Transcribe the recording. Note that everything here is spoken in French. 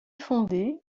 fondé